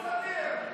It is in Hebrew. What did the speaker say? זוז הצידה והכול יסתדר.